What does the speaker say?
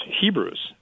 Hebrews